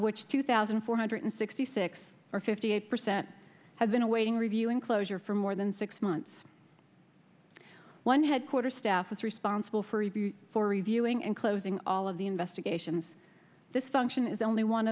which two thousand four hundred sixty six or fifty eight percent had been awaiting review and closure for more than six months one headquarters staff was responsible for review for reviewing and closing all of the investigations this function is only one